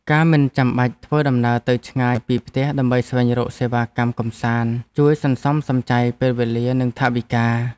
ការមិនចាំបាច់ធ្វើដំណើរទៅឆ្ងាយពីផ្ទះដើម្បីស្វែងរកសេវាកម្មកម្សាន្តជួយសន្សំសំចៃពេលវេលានិងថវិកា។